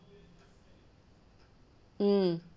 mm